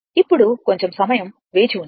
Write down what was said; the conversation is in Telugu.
ఇప్పుడు కొంచెం సమయం వేచివుండండి